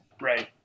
Right